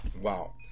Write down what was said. Wow